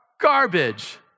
garbage